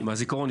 מהזיכרון.